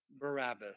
Barabbas